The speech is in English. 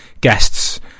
guests